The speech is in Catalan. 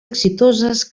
exitoses